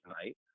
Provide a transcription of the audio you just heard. tonight